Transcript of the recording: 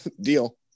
deal